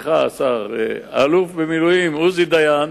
והאלוף במילואים עוזי דיין